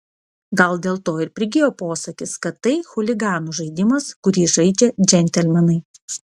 gal dėl to ir prigijo posakis kad tai chuliganų žaidimas kurį žaidžia džentelmenai